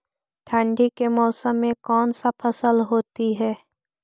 ठंडी के मौसम में कौन सा फसल होती है?